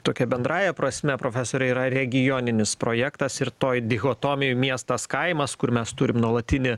tokia bendrąja prasme profesore yra regioninis projektas ir toj dihotomijoj miestas kaimas kur mes turim nuolatinį